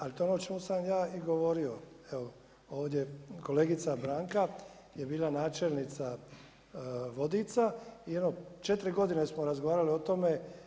Ali to je ono o čemu sam ja i govorio evo ovdje kolegica Branka je bila načelnica Vodica i jedno 4 godine smo razgovarali o tome.